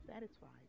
satisfied